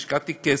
השקעתי כסף,